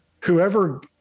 whoever